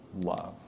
love